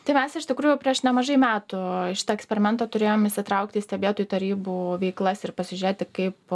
tai mes iš tikrųjų prieš nemažai metų šitą eksperimentą turėjom įsitraukti į stebėtojų tarybų veiklas ir pasižiūrėti kaip